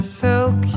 silk